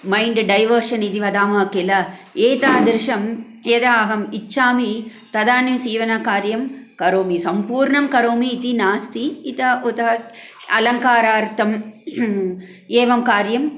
mind diversion इति वदामः किल एतादृशं यदा अहम् इच्छामि तदानीं सीवनकार्यं करोमि सम्पूर्णं करोमि इति नास्ति इतः उतः अलङ्कारार्थम् एवं कार्यं